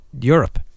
Europe